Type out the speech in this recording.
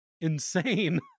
insane